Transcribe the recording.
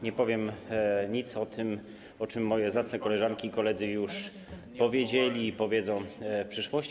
Nie powiem nic o tym, o czym moje zacne koleżanki i koledzy już powiedzieli i powiedzą w przyszłości.